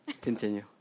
Continue